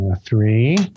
three